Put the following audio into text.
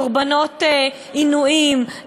קורבנות עינויים,